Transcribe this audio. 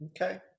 okay